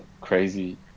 crazy